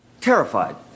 terrified